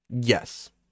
yes